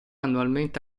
annualmente